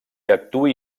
actuï